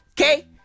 Okay